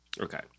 Okay